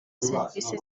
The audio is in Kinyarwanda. serivisi